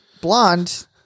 blonde